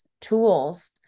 tools